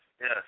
Yes